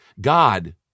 God